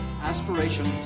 aspirations